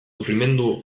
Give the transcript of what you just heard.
sufrimendu